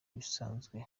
ibisanzwe